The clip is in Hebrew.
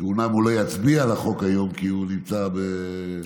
שאומנם לא יצביע היום על החוק כי הוא נמצא במשלחת.